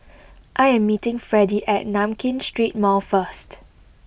I am meeting Fredie at Nankin Street Mall first